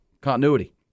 continuity